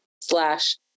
slash